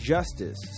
Justice